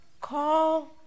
call